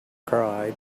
cried